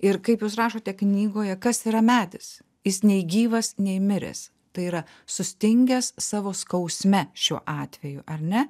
ir kaip jūs rašote knygoje kas yra medis jis nei gyvas nei miręs tai yra sustingęs savo skausme šiuo atveju ar ne